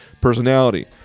personality